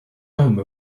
home